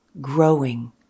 growing